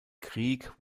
krieg